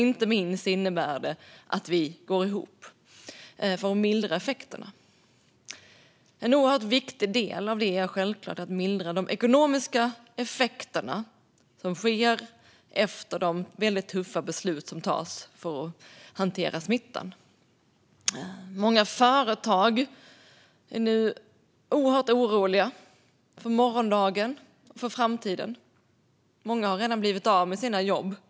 Inte minst innebär det att vi går ihop för att mildra effekterna. En oerhört viktig del av det är självklart att mildra de ekonomiska effekterna av de väldigt tuffa beslut som tas för att hantera smittan. Många företag är nu oerhört oroliga för morgondagen och för framtiden. Många människor har redan blivit av med sina jobb.